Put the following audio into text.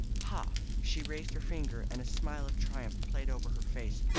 ha! she raised her finger, and a smile of triumph played over her face,